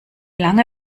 lange